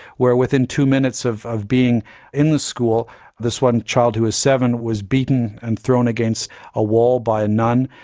where within two minutes of of being in the school this one child who was seven was beaten and thrown against a wall by a nun.